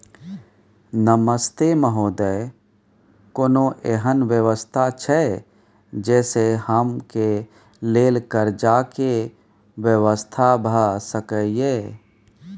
नमस्ते महोदय, कोनो एहन व्यवस्था छै जे से कम के लेल कर्ज के व्यवस्था भ सके ये?